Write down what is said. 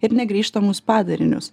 ir negrįžtamus padarinius